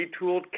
retooled